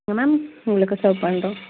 என்ன மேம் உங்களுக்கு சர்வ் பண்ணுறோம்